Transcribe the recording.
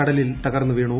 കടലിൽ തകർന്നു വീണു